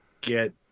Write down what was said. get